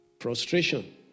frustration